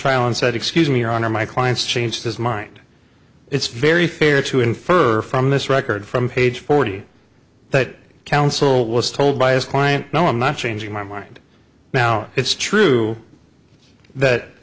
trial and said excuse me your honor my client's changed his mind it's very fair to infer from this record from page forty that counsel was told by his client no i'm not changing my mind now it's true that